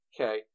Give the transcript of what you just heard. Okay